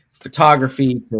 photography